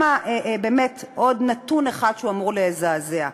באמת עוד נתון אחד, שאמור לזעזע: